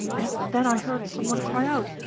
and then i heard some one cry out,